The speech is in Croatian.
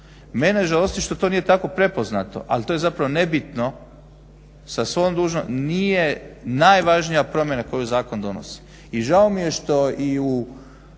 Mene žalosti što to nije tako prepoznato ali to je nebitno. Nije najvažnija promjena koju zakon donosi. I žao mi je što se u